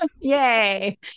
Yay